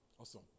Awesome